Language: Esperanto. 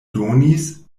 donis